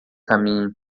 caminho